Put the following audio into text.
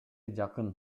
жакын